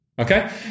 Okay